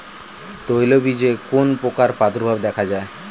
তৈলবীজে কোন পোকার প্রাদুর্ভাব দেখা যায়?